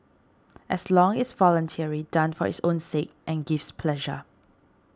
as long it's voluntary done for its own sake and gives pleasure